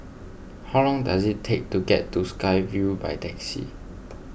how long does it take to get to Sky Vue by taxi